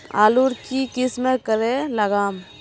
आलूर की किसम करे लागम?